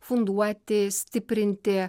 funduoti stiprinti